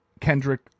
Kendrick